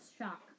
shock